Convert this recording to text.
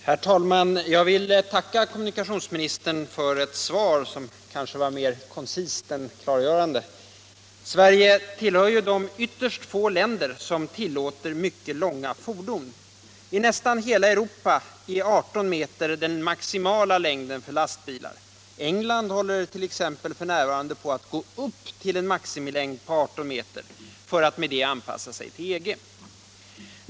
Herr talman! Jag vill tacka kommunikationsministern för ett svar som kanske var mer koncist än klargörande. Sverige tillhör ju de ytterst få länder som tillåter mycket långa fordon. I nästan hela Europa är 18 m den maximala längden för lastbilar. England håller f. n. på att gå upp till en maximilängd på 18 m för att därmed anpassa sig till EG.